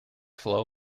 flow